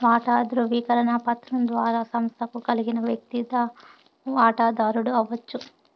వాటా దృవీకరణ పత్రం ద్వారా సంస్తకు కలిగిన వ్యక్తి వాటదారుడు అవచ్చు